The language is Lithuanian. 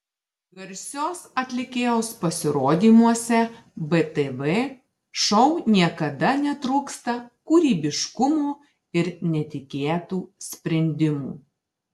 garsios atlikėjos pasirodymuose btv šou niekada netrūksta kūrybiškumo ir netikėtų sprendimų